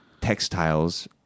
textiles